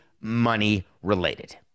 money-related